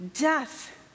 death